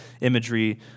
imagery